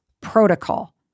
protocol